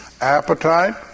Appetite